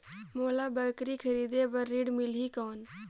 मोला बकरी खरीदे बार ऋण मिलही कौन?